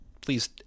please